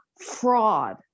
fraud